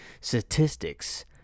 statistics